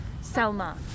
Selma